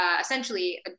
essentially